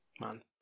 man